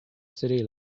city